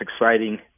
exciting